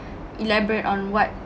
elaborate on what